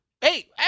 Hey